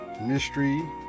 mystery